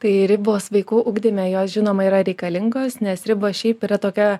tai ribos vaikų ugdyme jos žinoma yra reikalingos nes riba šiaip yra tokia